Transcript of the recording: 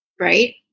right